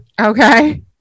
okay